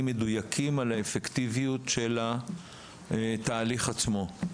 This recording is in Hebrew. מדויקים על האפקטיביות של התהליך עצמו.